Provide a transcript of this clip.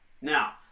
Now